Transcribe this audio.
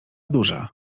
duża